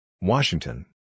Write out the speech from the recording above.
Washington